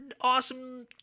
awesome